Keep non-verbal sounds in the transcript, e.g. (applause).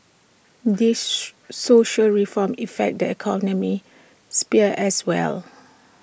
these (noise) social reforms affect the economic sphere as well